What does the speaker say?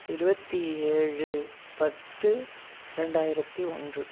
இருபத்தி ஏழு பத்து இரண்டாயிரத்தி ஒன்று